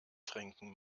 trinken